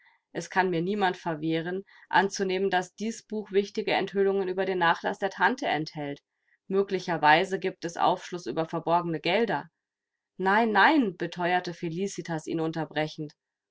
es kann mir niemand verwehren anzunehmen daß dies buch wichtige enthüllungen über den nachlaß der tante enthält möglicherweise gibt es aufschluß über verborgene gelder nein nein beteuerte felicitas ihn unterbrechend